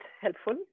helpful